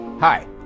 Hi